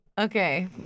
Okay